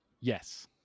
Yes